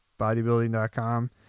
Bodybuilding.com